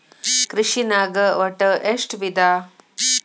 ಕೃಷಿನಾಗ್ ಒಟ್ಟ ಎಷ್ಟ ವಿಧ?